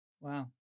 Wow